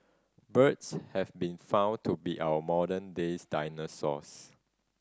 birds have been found to be our modern days dinosaurs